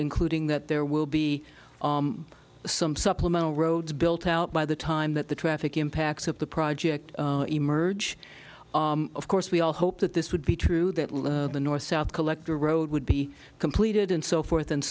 including that there will be some supplemental roads built out by the time that the traffic impacts of the project emerge of course we all hope that this would be true that the north south collector road would be completed and so forth and